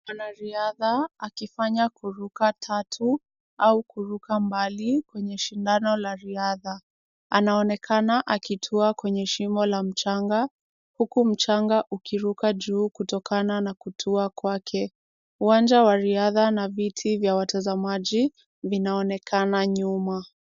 Mwanariadha akifanya kuruka tatu au kuruka mbali kwenye shindano la riadha. Anaonekana akitua kwenye shimo la mchanga, huku mchanga ukiruka juu kutokana na kutua kwake. Uwanja wa riadha na viti vya watazamaji vinaonekana nyuma.